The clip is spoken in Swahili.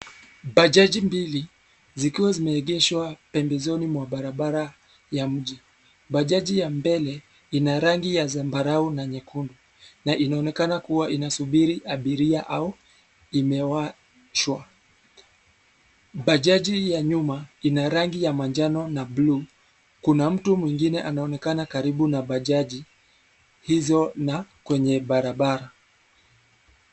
Bajaji mbili zikiwa pembezoni mwa barabara ya mji, bajaji ya mbele ya rangi ya zambarau na nyekundu na inaonekana kuwa inasubiri abiria au imeachwa. Bajaji ya nyuma ina rangi ya manjano na bluu. Kuna mtu mwingine anaonekana karibu na bajaji hizo na kwenye barabara.